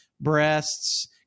breasts